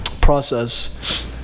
process